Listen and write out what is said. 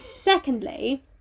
Secondly